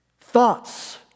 thoughts